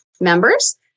members